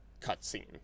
Cutscene